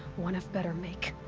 one of better make.